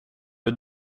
vid